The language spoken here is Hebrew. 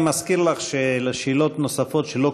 אני מזכיר לך שלשאלות נוספות שלא